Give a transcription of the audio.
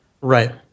Right